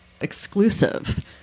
exclusive